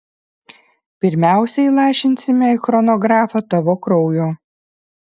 pirmiausia įlašinsime į chronografą tavo kraujo